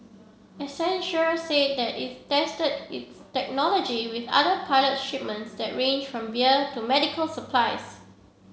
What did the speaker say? accenture said that is tested its technology with other pilot shipments that range from beer to medical supplies